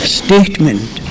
statement